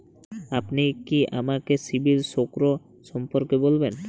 আপনি কি আমাকে সিবিল স্কোর সম্পর্কে বলবেন?